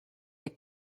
der